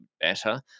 better